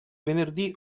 venerdì